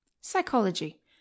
psychology